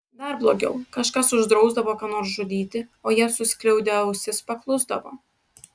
dar blogiau kažkas uždrausdavo ką nors žudyti o jie suskliaudę ausis paklusdavo